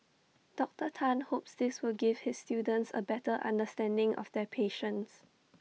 Doctor Tan hopes this will give his students A better understanding of their patients